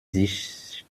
sich